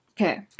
okay